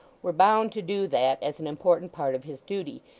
were bound to do that as an important part of his duty,